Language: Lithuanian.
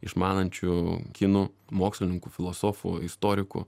išmanančių kinų mokslininkų filosofų istorikų